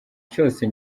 cyose